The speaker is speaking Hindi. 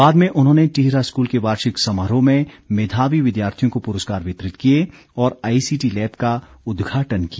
बाद में उन्होंने टिहरा स्कूल के वार्षिक समारोह में मेधावी विद्यार्थियों को पुरस्कार वितरित किए और आईसीटी लैब का उदघाटन किया